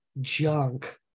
junk